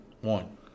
One